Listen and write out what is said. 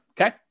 okay